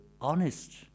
honest